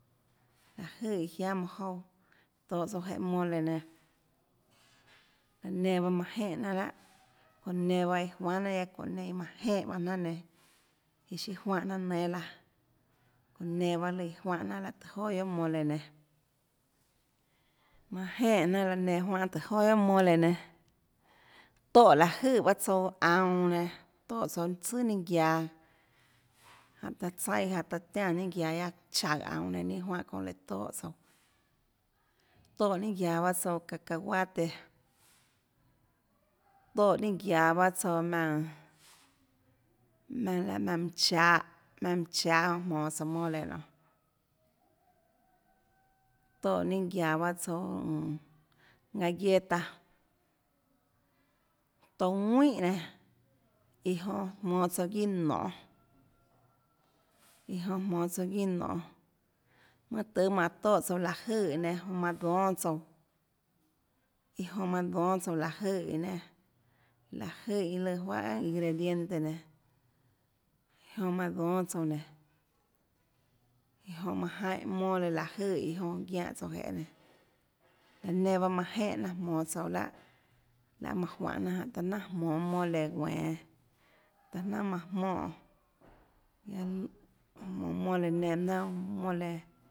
Láhå jøè iã jiáã manã jouã tohå tsouã jeê mole nenã laã nenã bahâ manã jenè jnanà lahàçounã nenã pahâ iã juanhà jnanàçounã nenã iã manã jenèbaâ jnanà nenã iã siâ juánhå jnanà nénâ laã çounã nenã pahâ lùã juánhã jnanà tøhê joà guiohà mole nenã manã jenè jnanàlaã enã juánhã tùhå joà guiohà mole nenã toè láhå jøè pahâ tsouã aunå nenã toètsouã tsøà ninâ guiaå jánhå taã tsaíã jaå taã tíanã ninâ guiaå chaùhå aunånenã ninâ juáhã çounã léhå toè tsouã toè ninâ guiaå tsouã cacahuate toè ninâ guiaã baâ tsouã maùnã maùnã lahâ mønã chahåmønã chahå jonã jmonå tsouã mole nionê toè ninâ guía bahâ tsouãmmm galleta tounã ðuínhà nenã iã jonã jmonå tsouã guiâ mønã nonê iã jonã jmonå tsouã guiâ nonê mønâ tøhê mánhå toè souã láhã jøè iã nenãjonã manã dónâ tsouã iã jonã manã dónâ tsouã láhåjøè iã nenã láhåjøè iã juáhã ingredientes nenã jonã manã dónâ tsouã nénå iã jonã manã jaínhã mole láhå jøè iã jonã guiánhã tsouãjeê nenã laã nenã bahâ manã jenè jnanà jmonå tsouãlahâ laê mánhå jnanàjáhå taã jnanà jmonå mole guenå taã jnanà manã jmonèn guiaâ jmonå mole nenã pahâ jnanà guionâ mole